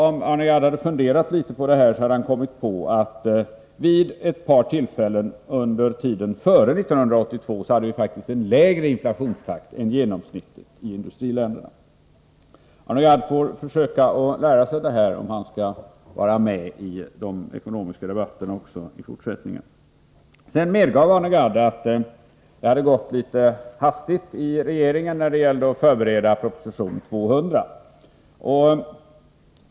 Om Arne Gadd hade funderat litet på det här hade han kommit på att vi faktiskt vid ett par tillfällen under tiden före 1982 hade en lägre inflationstakt än vad som var genomsnittet i industriländerna. Arne Gadd får försöka lära sig det här om han skall vara med i de ekonomiska debatterna också i fortsättningen. Sedan medgav Arne Gadd att det hade gått litet hastigt i regeringen när det gällde att förbereda proposition 200.